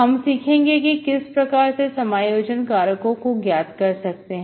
हम सीखेंगे कि हम किस प्रकार से समायोजन कारकों को ज्ञात कर सकते हैं